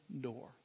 door